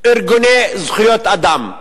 ארגוני זכויות אדם.